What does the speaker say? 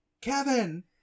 kevin